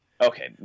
Okay